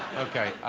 okay,